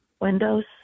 windows